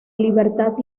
libertad